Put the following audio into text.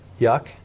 yuck